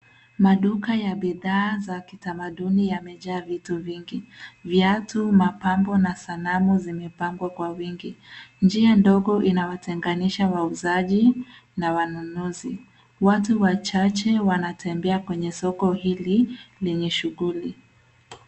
Maduka ya bidhaa za kitamaduni yamejaa vitu vingi. Viatu , mapambo, na sanamu, zimepangwa kwa wingi. Njia ndogo inawatenganisha wauzaji na wanunuzi. Watu wachache wanatembea kwenye soko hili, lenye shughuli.